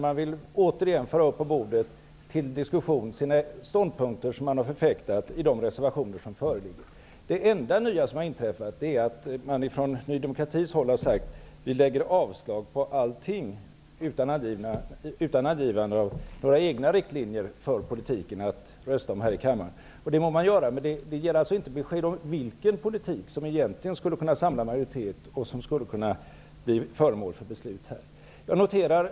Man vill återigen föra upp på bordet till diskussion de ståndpunkter som man har förfäktat i de reservationer som föreligger. Det enda nya som har inträffat är att man från Ny demokratis håll har sagt: Vi yrkar avslag på allting utan angivande av några egna riktlinjer för politiken, utan att lägga fram några egna förslag att rösta om här i kammaren. Det må man göra, men det ger inte besked om vilken politik som skulle kunna samla majoritet och som skulle kunna bli föremål för beslut här. Herr talman!